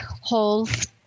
holes